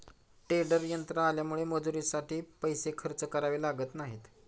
tedder यंत्र आल्यामुळे मजुरीसाठी पैसे खर्च करावे लागत नाहीत